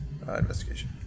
Investigation